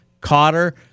Cotter